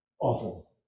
awful